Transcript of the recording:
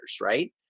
right